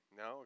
no